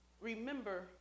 Remember